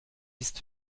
ist